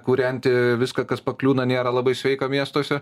kūrenti viską kas pakliūna nėra labai sveika miestuose